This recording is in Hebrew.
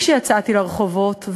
כשיצאתי לרחובות,